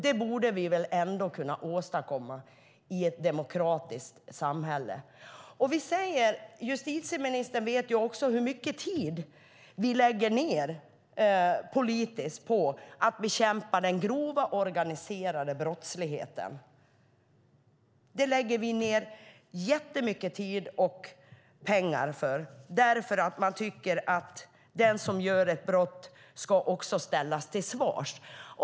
Det borde vi väl ändå kunna åstadkomma i ett demokratiskt samhälle. Justitieministern vet också hur mycket tid vi lägger ned politiskt på att bekämpa den grova organiserade brottsligheten. Vi lägger ned jättemycket tid och pengar på detta, eftersom vi tycker att den som begår ett brott också ska ställas till svars.